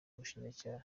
ubushinjacyaha